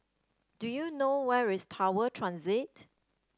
do you know where is Tower Transit